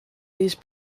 these